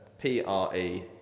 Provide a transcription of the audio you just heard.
P-R-E